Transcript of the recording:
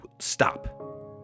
stop